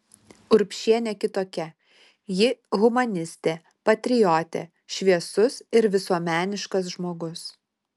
urbšienė kitokia ji humanistė patriotė šviesus ir visuomeniškas žmogus